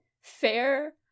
Fair